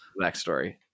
backstory